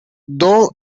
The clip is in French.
dont